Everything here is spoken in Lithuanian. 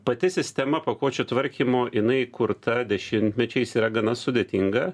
pati sistema pakuočių tvarkymo jinai kurta dešimtmečiais yra gana sudėtinga